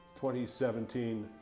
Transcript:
2017